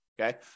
Okay